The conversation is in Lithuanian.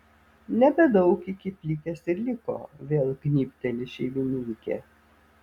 nebedaug iki plikės ir liko vėl gnybteli šeimininkė